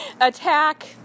Attack